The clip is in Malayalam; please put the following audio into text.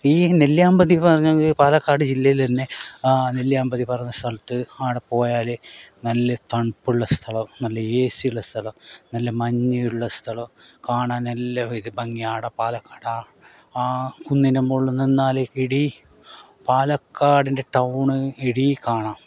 ഈ നെല്ലിയാമ്പതി പറഞ്ഞെങ്കിലും പാലക്കാട് ജില്ലയിലെന്ന നെല്ലിയാമ്പതി പറഞ്ഞ സ്ഥലത്ത് ആട പോയാൽ നല്ല തണുപ്പുള്ള സ്ഥലം നല്ല ഏ സിയുള്ള സ്ഥലം നല്ല മഞ്ഞുള്ള സ്ഥലം കാണാൻ നല്ല ഇത് ഭംഗി ആട പാലക്കാട ആ കുന്നിനു മോള്ള് നിന്നാൽ ഇടി പാലക്കാടിൻ്റെ ടൗൺ ഇടി കാണാം